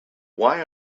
why